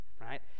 right